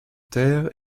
terre